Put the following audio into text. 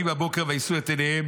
ויהי בבוקר, ויישאו את עיניהם